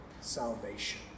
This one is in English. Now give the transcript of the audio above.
salvation